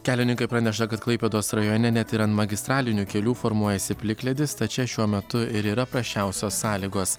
kelininkai praneša kad klaipėdos rajone net ir an magistralinių kelių formuojasi plikledis tad čia šiuo metu ir yra prasčiausios sąlygos